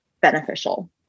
beneficial